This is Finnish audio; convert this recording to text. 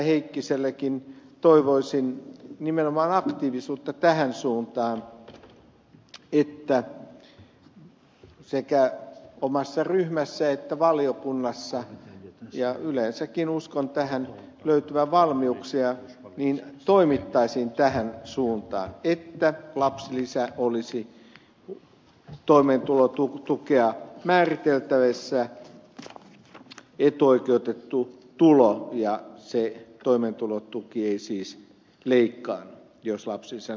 heikkisellekin toivoisin nimenomaan aktiivisuutta tähän suuntaan sekä omassa ryhmässä että valiokunnassa ja yleensäkin uskon löytyvän valmiuksia toimia tähän suuntaan että lapsilisä olisi toimeentulotukea määriteltäessä etuoikeutettu tulo ja se toimeentulotuki ei siis leikkaannu jos lapsilisä nousee